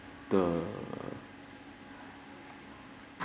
the